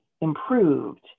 improved